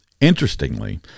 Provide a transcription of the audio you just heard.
Interestingly